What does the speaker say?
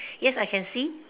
yes I can see